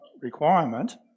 requirement